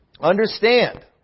understand